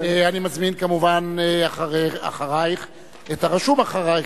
אני מזמין כמובן אחרייך את הרשום אחרייך,